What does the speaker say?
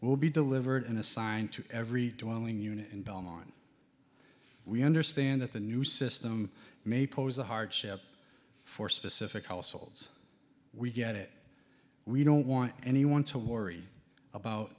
will be delivered in a sign to every two willing unit in belmont we understand that the new system may pose a hardship for specific households we get it we don't want anyone to worry about